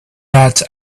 bet